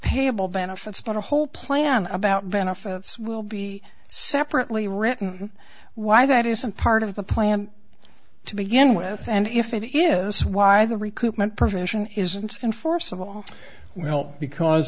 payable benefits but a whole plan about benefits will be separately written why that isn't part of the plan to begin with and if it is why the recruitment provision isn't enforceable well because